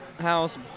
House